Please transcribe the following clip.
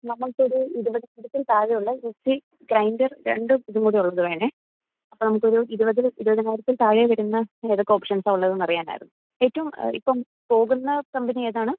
നമുക്ക് ഒരു ഇരുപതിനായിരത്തിൽ താഴെ ഉള്ള മിക്സി ഗ്രൈൻറ്റർ രണ്ടും ഇതും കൂടി ഉള്ളത് വേണേൽ അപ്പം നമുക്ക് ഒരു ഇരുപതിൽ ഇരുപതിനായിരത്തിൽ താഴെ വരുന്ന ഏതൊക്കെ ഓപ്ഷൻസാണ് ഉള്ളതെന്ന് അറിയാനായിരുന്നു ഏറ്റോം ഇപ്പം പോകുന്ന കമ്പനിയേതാണ്